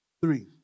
Three